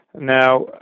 Now